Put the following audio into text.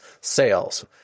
sales